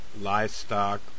livestock